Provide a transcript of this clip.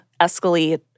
escalate